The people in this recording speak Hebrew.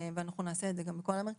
אנחנו יוצאים בשני דברים